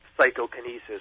psychokinesis